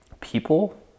People